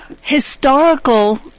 historical